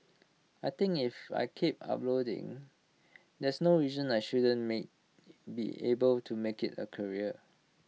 I think if I keep uploading there's no reason I shouldn't mean be able to make IT A career